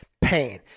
pain